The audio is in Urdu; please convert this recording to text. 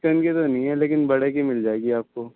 چکن کی تو نہیں ہے لیکن بڑے کی مل جائے گی آپ کو